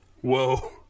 Whoa